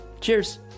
Cheers